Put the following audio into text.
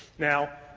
now,